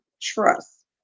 trust